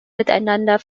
miteinander